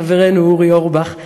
חברנו אורי אורבך,